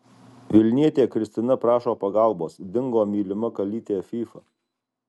vilnietė kristina prašo pagalbos dingo mylima kalytė fyfa